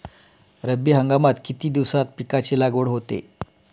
रब्बी हंगामात किती दिवसांत पिकांची लागवड होते?